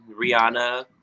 Rihanna